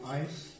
ice